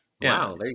Wow